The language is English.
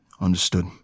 Understood